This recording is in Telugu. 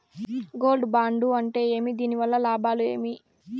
గోల్డ్ బాండు అంటే ఏమి? దీని వల్ల లాభాలు ఏమి?